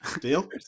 Deal